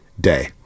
day